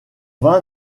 vain